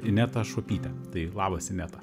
inetą šuopytę tai labas ineta